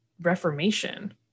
reformation